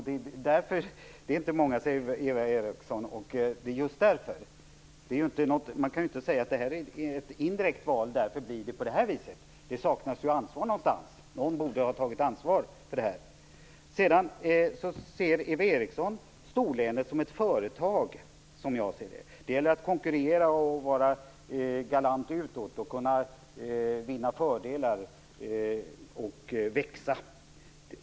De är inte många, säger Eva Eriksson nu, och det är just det jag menar. Man kan inte säga att det här är ett indirekt val, och därför blir det på det här viset. Det saknas ju ansvar någonstans. Någon borde ha tagit ansvar för det här. Eva Eriksson ser storlänet som ett företag, som jag ser det. Det gäller att konkurrera, att vara galant utåt, att kunna vinna fördelar och att växa.